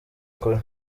kure